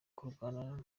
kurwana